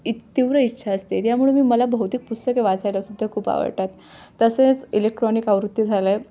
इत्त तीव्र इच्छा असते त्यामुळे मी मला भौतिक पुस्तके वाचायलासुद्धा खूप आवडतात तसेच इलेक्ट्रॉनिक आवृत्ती झालं आहे